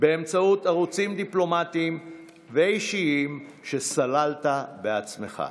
באמצעות ערוצים דיפלומטיים ואישיים שסללת בעצמך,